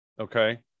Okay